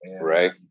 Right